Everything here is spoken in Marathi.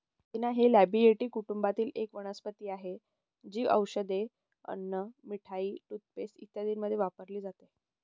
पुदिना हे लॅबिएटी कुटुंबातील एक वनस्पती आहे, जी औषधे, अन्न, मिठाई, टूथपेस्ट इत्यादींमध्ये वापरली जाते